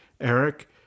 Eric